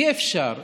אי-אפשר,